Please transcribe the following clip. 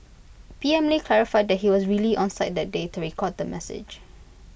P M lee clarified that he was really on site that day to record the message